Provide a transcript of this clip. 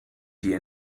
die